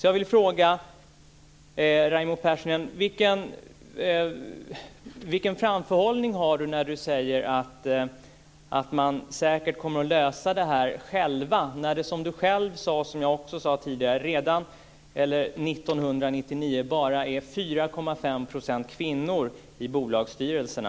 Jag vill således fråga vilken framförhållning Raimo Pärssinen har när han säger att man säkert kommer att lösa det här själv. Som vi båda tidigare sagt var det år 1999 bara 4,5 % kvinnor i bolagsstyrelserna.